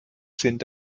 sind